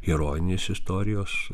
herojinės istorijos